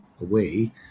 away